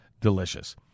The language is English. delicious